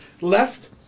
left